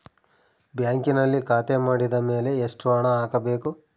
ಬ್ಯಾಂಕಿನಲ್ಲಿ ಖಾತೆ ಮಾಡಿದ ಮೇಲೆ ಎಷ್ಟು ಹಣ ಹಾಕಬೇಕು?